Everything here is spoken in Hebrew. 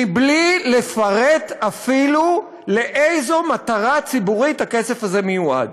מבלי לפרט אפילו לאיזו מטרה ציבורית הכסף הזה מיועד.